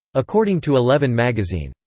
according to eleven magazine,